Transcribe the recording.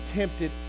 tempted